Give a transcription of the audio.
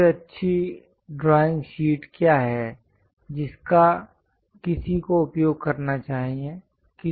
सबसे अच्छी drawing sheet क्या है जिसका किसी को उपयोग करना चाहिए